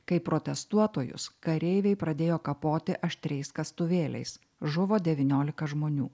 kai protestuotojus kareiviai pradėjo kapoti aštriais kastuvėliais žuvo devyniolika žmonių